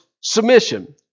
submission